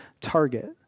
target